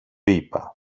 είπα